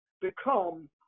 become